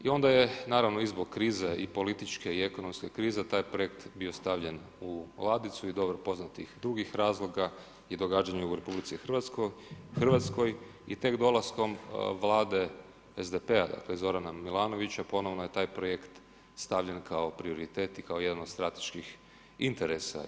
I onda je naravno i zbog krize i političke i ekonomske krize taj projekt bio stavljen u ladicu iz dobro poznatih drugih razloga i događanja u RH i tek dolaskom vlade SDP-a dakle Zorana Milanovića ponovno je taj projekt stavljen kao prioritet i kao jedan od strateških interesa.